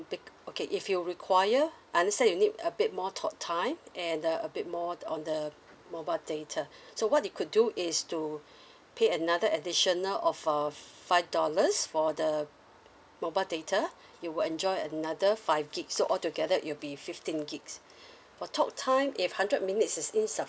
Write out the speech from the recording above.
be~ okay if you require I understand you need a bit more talk time and the a bit more on the mobile data so what it could do is to pay another additional of uh five dollars for the mobile data you will enjoy another five gig so altogether it'll be fifteen gigs for talk time if hundred minutes is insufficient